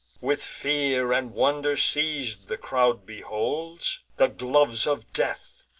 with fear and wonder seiz'd, the crowd beholds the gloves of death,